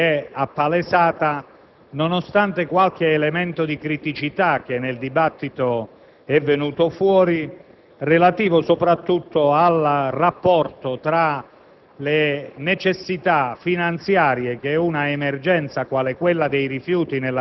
e della disponibilità che si è appalesata, nonostante qualche elemento di criticità, emerso nel dibattito, relativo soprattutto al rapporto tra